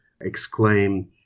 exclaim